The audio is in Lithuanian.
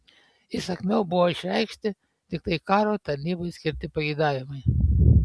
įsakmiau buvo išreikšti tiktai karo tarnybai skirti pageidavimai